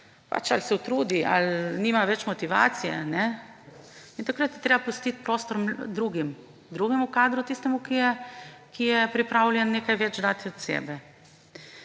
ali se utrudi ali nima več motivacije; in takrat je treba pustiti prostor drugemu kadru, tistemu, ki je pripravljen nekaj več dati od sebe.